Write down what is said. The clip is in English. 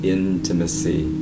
intimacy